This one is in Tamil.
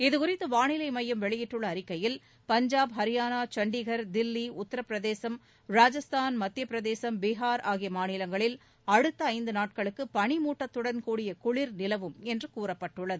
இது குறித்து வாளிலை மையம் வெளியிட்டுள்ள அறிக்கையில் பஞ்சாப் ஹரியானா சண்டிகர் தில்லி உத்தரப்பிரதேசம் ராஜஸ்தான் மத்திய பிரதேசம் பீகார் ஆகிய மாநிலங்களில் அடுத்த ஐந்து நாட்களுக்கு பனிமூட்டத்துடன் கூடிய குளிர் நிலவும் என்று கூறப்பட்டுள்ளது